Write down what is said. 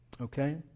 Okay